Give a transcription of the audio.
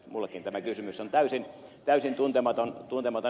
minullekin tämä kysymys on täysin tuntematon